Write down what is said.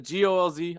golz